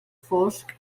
fosc